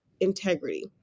Integrity